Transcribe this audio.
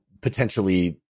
potentially